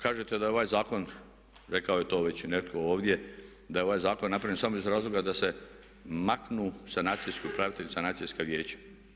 Kažete da je ovaj zakon rekao je to već i netko ovdje, da je ovaj zakon napravljen samo iz razloga da se maknu sanacijski upravitelji i sanacijska vijeća.